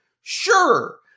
Sure